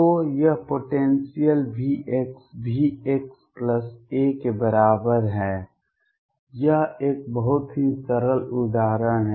तो यह potential V Vxa के बराबर है यह एक बहुत ही सरल उदाहरण है